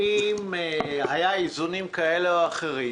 האם היו איזונים כאלה או אחרים?